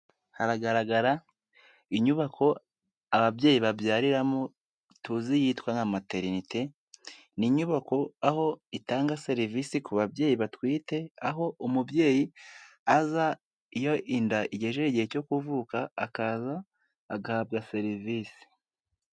Haragaragara inyubako ababyeyi babyariramo tuzi yitwa nka Materinite, ni inyubako aho itanga serivisi ku babyeyi batwite aho umubyeyi aza iyo inda igejeje igihe cyo kuvuka akaza agahabwa serivise.